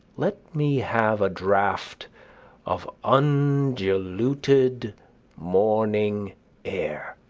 let me have a draught of undiluted morning air.